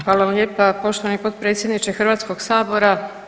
Hvala vam lijepa poštovani potpredsjedniče Hrvatskog sabora.